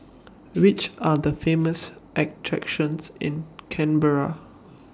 Which Are The Famous attractions in Canberra